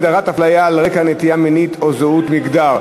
הגדרת הפליה על רקע נטייה מינית או זהות מגדר),